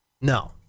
No